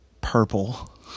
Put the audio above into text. purple